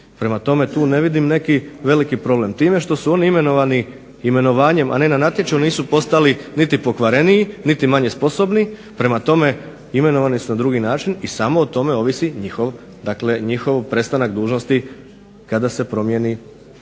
Prema tome, tu ne vidim neki veliki problem. time što su oni imenovani imenovanjem, a ne natječajem nisu postali niti pokvareniji, niti manje sposobni. Prema tome, imenovani su na drugi način i samo o tome ovisi njih prestanak dužnosti temeljem kojih